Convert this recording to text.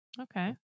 Okay